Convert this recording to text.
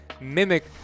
mimic